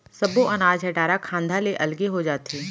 सब्बो अनाज ह डारा खांधा ले अलगे हो जाथे